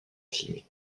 filmer